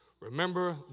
remember